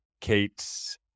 Kate's